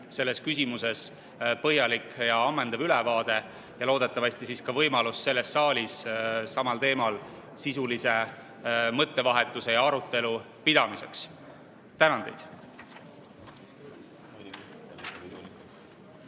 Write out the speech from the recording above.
selles küsimuses põhjalik ja ammendav ülevaade ning loodetavasti ka võimalus selles saalis samal teemal sisulise mõttevahetuse ja arutelu pidamiseks. Tänan teid!